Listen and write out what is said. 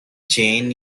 jane